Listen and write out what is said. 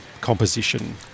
composition